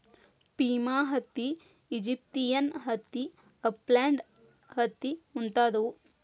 Pima ಹತ್ತಿ, Egyptian ಹತ್ತಿ, upland ಹತ್ತಿ ಮುಂತಾದವು